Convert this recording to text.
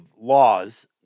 laws